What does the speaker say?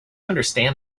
understand